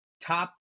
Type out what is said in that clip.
top